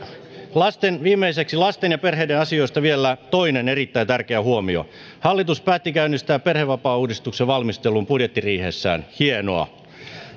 viimeiseksi lasten ja perheiden asioista vielä toinen erittäin tärkeä huomio hallitus päätti käynnistää perhevapaauudistuksen valmistelun budjettiriihessään hienoa